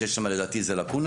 שיש שם לדעתי איזה לקונה,